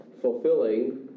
fulfilling